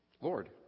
Lord